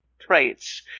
Traits